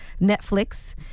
Netflix